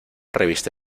revista